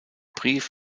brief